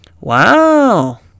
Wow